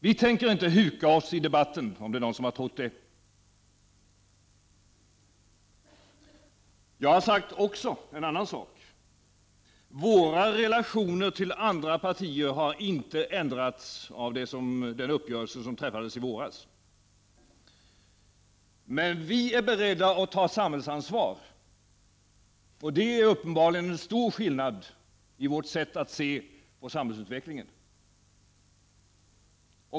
Vi tänker inte huka oss i debatten, om det är någon som har trott det. Jag har även sagt en annan sak. Våra relationer till andra partier har inte ändrats av den uppgörelse som träffades i våras. Men vi i centerpartiet är beredda att ta samhällsansvar. Det råder uppenbarligen en stor skillnad i vårt sätt att se på samhällsutvecklingen.